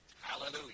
Hallelujah